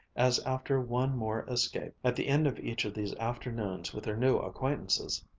as after one more escape, at the end of each of these afternoons with her new acquaintances,